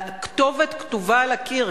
הכתובת כתובה על הקיר.